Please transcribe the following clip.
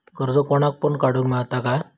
कर्ज कोणाक पण काडूक मेलता काय?